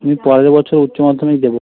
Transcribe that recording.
আমি পরের বছর উচ্চ মাধ্যমিক দেবো